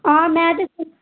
हां में ते